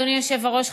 אדוני היושב-ראש.